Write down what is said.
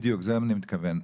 בדיוק, לזה אני מתכוון.